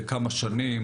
לכמה שנים?